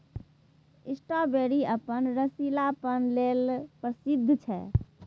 strawberry अपन रसीलापन लेल प्रसिद्ध छै